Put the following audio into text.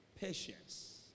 patience